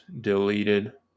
deleted